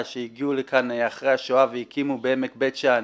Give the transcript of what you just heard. שהגיעו לכאן אחרי השואה והקימו בעמק בית שאן,